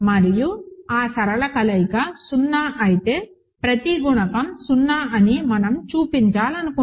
మరియు ఆ సరళ కలయిక 0 అయితే ప్రతి గుణకం 0 అని మనం చూపించాలనుకుంటున్నాము